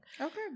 Okay